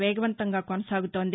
వేగవంతంగా కొనసాగుతోంది